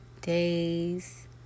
days